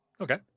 Okay